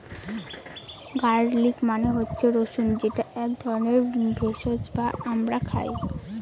garlic মানে হচ্ছে রসুন যেটা এক ধরনের ভেষজ যা আমরা খাই